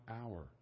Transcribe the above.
hour